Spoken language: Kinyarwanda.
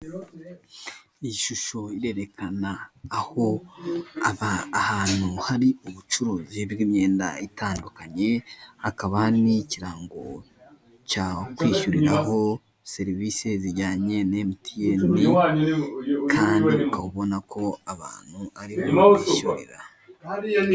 Iyi shusho irerekana aho aba ahantu hari ubucuruzi bw'imyenda, itandukanye hakaba n'ikirango cyo kwishyuriraho serivisi zijyanye na emutiyene kandi ukaba ubona ko abantu ari ho bishyurira.